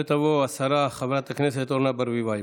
תעלה ותבוא השרה, חברת הכנסת אורנה ברביבאי.